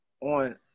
on